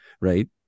right